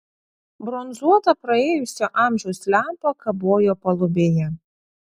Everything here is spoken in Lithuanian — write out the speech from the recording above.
bronzuota praėjusio amžiaus lempa kabojo palubėje